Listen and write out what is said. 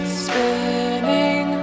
spinning